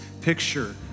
picture